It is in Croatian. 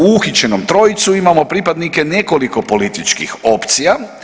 U uhićenom trojcu imamo pripadnike nekoliko političkih opcija.